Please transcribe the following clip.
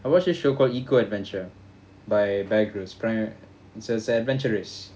I watch this show called eco adventure by bear grylls pe~ it's it's an adventure race